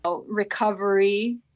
recovery